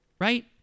Right